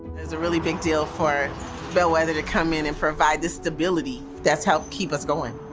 it is a really big deal for bellwether to come in and provide the stability that's helped keep us going.